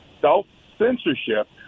Self-censorship